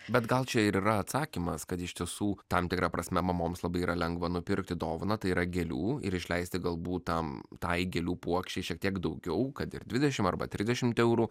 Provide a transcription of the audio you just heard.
bet gal čia yra atsakymas kad iš tiesų tam tikra prasme mamoms labai yra lengva nupirkti dovaną tai yra gėlių ir išleisti galbūt tam tai gėlių puokštei šiek tiek daugiau kad ir dvidešimt arba trisdešimt eurų